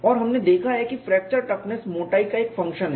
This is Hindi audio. और हमने देखा है कि फ्रैक्चर टफनेस मोटाई का एक फंक्शन है